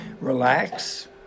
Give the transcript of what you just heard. relax